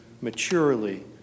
maturely